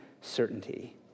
certainty